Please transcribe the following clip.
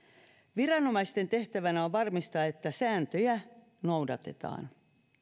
viranomaisten tehtävänä on varmistaa että sääntöjä noudatetaan